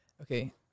okay